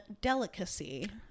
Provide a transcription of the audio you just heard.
delicacy